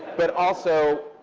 but also,